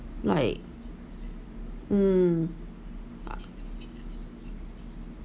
like mm